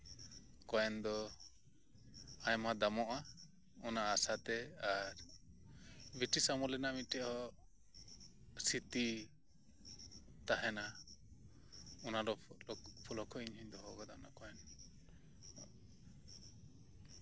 ᱠᱚᱭᱮᱱ ᱫᱚ ᱟᱭᱢᱟ ᱫᱟᱢᱚᱜᱼᱟ ᱚᱱᱟ ᱟᱥᱟ ᱛᱮ ᱟᱨ ᱵᱨᱤᱴᱤᱥ ᱟᱢᱚᱞ ᱨᱮᱱᱟᱜ ᱢᱤᱫᱴᱮᱱ ᱦᱚᱸ ᱥᱨᱤᱛᱤ ᱛᱟᱦᱮᱱᱟ ᱚᱱᱟ ᱩᱯᱚᱞᱚᱠᱠᱷᱮ ᱦᱚᱸᱧ ᱫᱚᱦᱚᱣᱟᱠᱟᱫᱟ ᱚᱱᱟ ᱠᱚᱭᱮᱱ